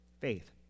faith